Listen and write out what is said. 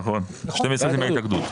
נכון 12 זה בהתאגדות.